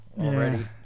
already